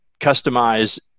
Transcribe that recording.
customize